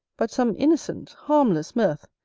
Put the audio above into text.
but some innocent, harmless mirth,